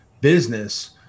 business